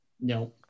no